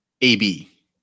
AB